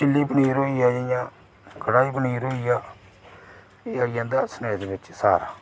chilli पनीर होइया जि'यां कडाही पनीर होइया एह् आई जंदा स्नैक्स बिच सारा